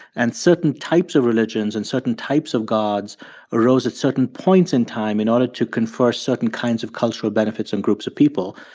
and certain types of religions and certain types of gods arose at certain points in time in order to confer certain kinds of cultural benefits on groups of people,